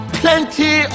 plenty